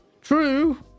true